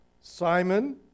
Simon